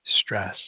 stress